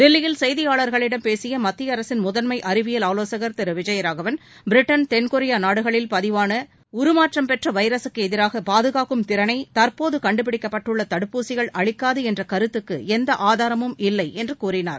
தில்லியில் செய்தியாளர்களிடம் பேசிய மத்திய அரசின் முதன்மை அறிவியல் ஆவோககர் திரு விஜயராகவன் பிரிட்டன் தென்கொரியா நாடுகளில் பதிவான உருமாற்றம் பெற்ற வைரகக்கு எதிராக பாதுகாக்கும் திறனை தற்போது கண்டுபிடிக்கப்பட்டுள்ள தடுப்பூசிகள் அளிக்காது என்ற கருத்துக்கு எந்த ஆதாரமும் இல்லை என்று கூறினார்